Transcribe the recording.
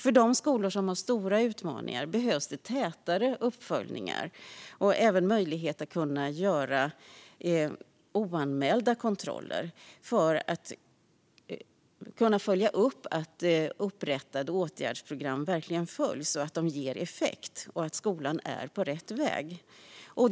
För de skolor som har stora utmaningar behövs tätare uppföljningar och även möjlighet att göra oanmälda kontroller för att följa upp att upprättade åtgärdsplaner verkligen följs och ger avsedd effekt och att skolan är på rätt väg.